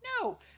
No